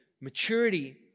maturity